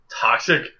toxic